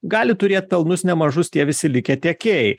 gali turėt pelnus nemažus tie visi likę tiekėjai